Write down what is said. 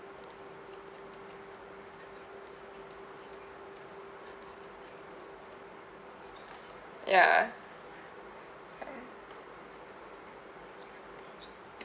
ya err